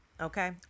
Okay